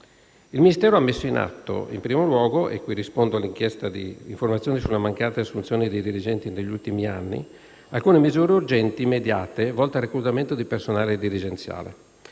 Il Ministero ha messo in atto, in primo luogo - e qui rispondo alla richiesta di informazioni sulla mancata assunzione di dirigenti negli ultimi anni - alcune misure urgenti immediate, volte al reclutamento di personale dirigenziale.